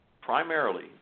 primarily